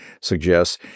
suggests